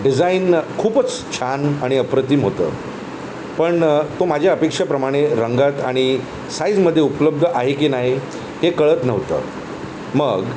design खूपच छान आणि अप्रतिम होतं पण तो माझ्या अपेक्षाप्रमाणे रंगात आणि साईझमध्ये उपलब्ध आहे की नाही हे कळत नव्हतं मग